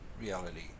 reality